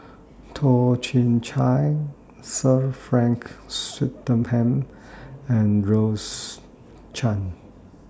Toh Chin Chye Sir Frank Swettenham and Rose Chan